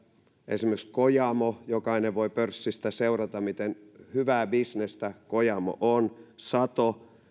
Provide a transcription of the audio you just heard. esimerkiksi kojamo jokainen voi pörssistä seurata miten hyvää bisnestä kojamo on ja sato